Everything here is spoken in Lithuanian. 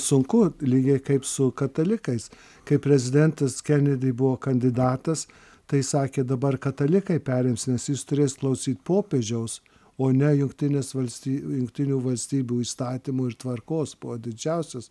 sunku lygiai kaip su katalikais kai prezidentas kenedi buvo kandidatas tai sakė dabar katalikai perims nes jis turės klausyt popiežiaus o ne jungtinės valstijų rinktinių valstybių įstatymų ir tvarkos buvo didžiausias